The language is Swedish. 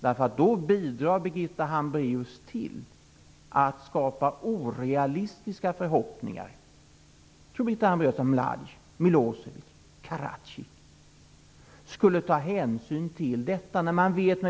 Då bidrar Birgitta Hambraeus till att skapa orealistiska förhoppningar. Karadzic skulle ta hänsyn till detta?